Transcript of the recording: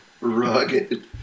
rugged